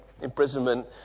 imprisonment